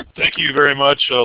you very much, so